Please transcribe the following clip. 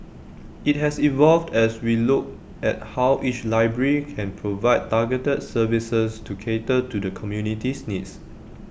IT has evolved as we look at how each library can provide targeted services to cater to the community's needs